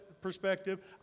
perspective